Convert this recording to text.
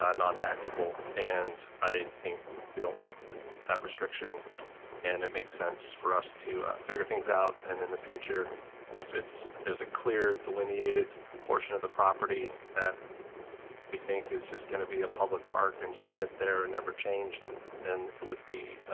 ah non-taxable and i think you don't want that restriction and it makes sense for us to figure things out and in the future if it's there's a clear delineated portion of the property that we think is just going to be a public park and just sit there and never change then it would be